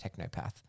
Technopath